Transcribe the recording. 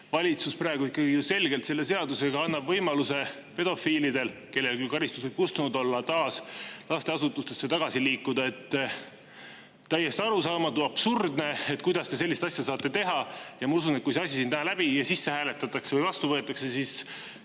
valitsus praegu ikkagi selgelt annab selle seadusega võimaluse pedofiilidele, kellel on küll karistused kustunud, taas lasteasutustesse tagasi liikuda. On täiesti arusaamatu ja absurdne, kuidas te sellist asja saate teha, ja ma usun, et kui see asi siin täna läbi läheb ja see sisse hääletatakse või vastu võetakse, siis